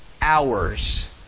hours